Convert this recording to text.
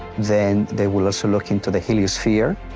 then they will also look into the heliosphere,